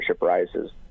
rises